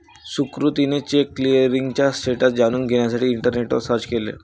सुकृतीने cheque clearing status जाणून घेण्यासाठी इंटरनेटवर सर्च केले